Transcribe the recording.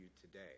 today